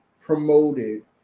promoted